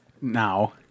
now